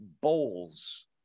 bowls